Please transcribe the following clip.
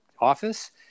office